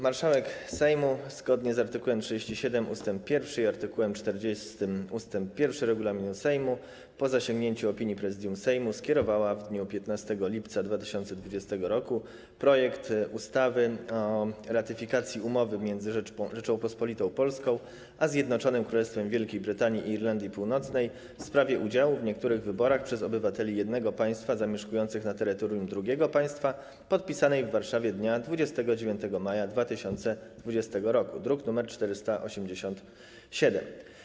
Marszałek Sejmu, zgodnie z art. 37 ust. 1 i art. 40 ust. 1 regulaminu Sejmu, po zasięgnięciu opinii Prezydium Sejmu, skierowała w dniu 15 lipca 2020 r. projekt ustawy o ratyfikacji Umowy między Rzecząpospolitą Polską a Zjednoczonym Królestwem Wielkiej Brytanii i Irlandii Północnej w sprawie udziału w niektórych wyborach przez obywateli jednego Państwa zamieszkujących na terytorium drugiego Państwa, podpisanej w Warszawie dnia 29 maja 2020 r., druk nr 487.